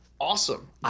awesome